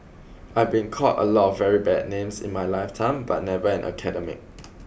I've been called a lot of very bad names in my lifetime but never an academic